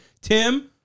tim